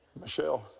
Michelle